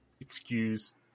excuse